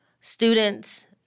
students